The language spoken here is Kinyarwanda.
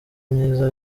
myiza